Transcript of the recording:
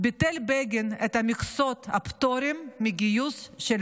ביטל בגין את מכסות הפטורים מגיוס של